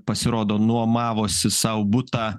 pasirodo nuomavosi sau butą